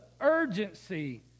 urgency